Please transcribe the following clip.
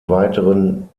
weiteren